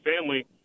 family